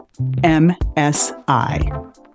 MSI